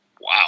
Wow